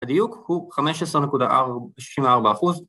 ‫הדיוק הוא 15.64 אחוז.